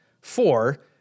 Four